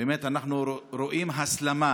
באמת אנחנו רואים הסלמה